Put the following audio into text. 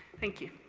thank you.